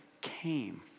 came